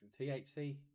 THC